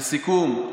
לסיכום,